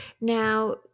Now